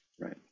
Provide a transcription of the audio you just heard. Right